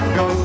go